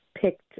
picked